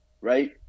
right